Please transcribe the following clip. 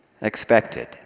expected